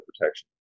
protection